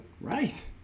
Right